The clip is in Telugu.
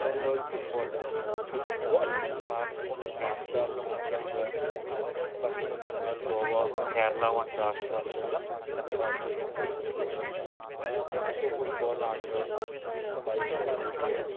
రెండోది ఫుట్బాల్ ఫుట్బాల్ భారత్ కొన్ని ప్రాంతాల్లో ముఖ్యంగా పశ్చిమ బెంగాల్ గోవా కేరళా వంటి రాష్ట్రాల్లో ప్రాచూర్యం పొందింది ప్రముఖ ఫుట్బాల్ ఆటగాడు భైచుంగ్భూటియా